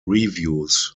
reviews